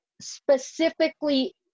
specifically